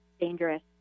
dangerous